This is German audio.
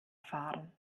fahren